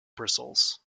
bristles